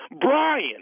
Brian